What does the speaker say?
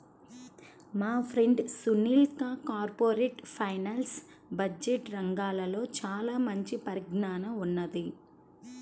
మా ఫ్రెండు సునీల్కి corporate finance, budget రంగాల్లో చానా మంచి పరిజ్ఞానం ఉన్నది